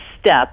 step